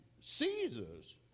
Caesar's